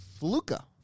Fluka